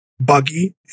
buggy